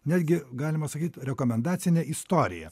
netgi galima sakyt rekomendacinę istoriją